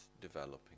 developing